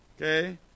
okay